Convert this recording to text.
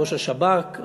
ראש השב"כ,